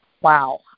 Wow